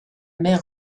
mer